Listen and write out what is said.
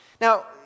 Now